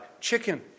chicken